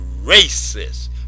racist